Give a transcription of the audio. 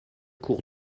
cours